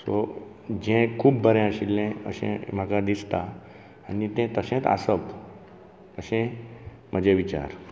so जे खूब बरें आशिल्लें अशें म्हाका दिसता आनी तें तशेंच आसप अशेय म्हजे विचार